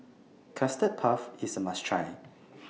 Custard Puff IS A must Try